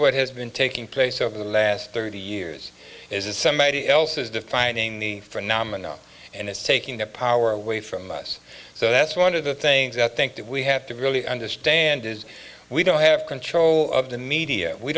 what has been taking place over the last thirty years is that somebody else is defining the phenomenon and it's taking the power away from us so that's one of the things i think that we have to really understand is we don't have control of the media we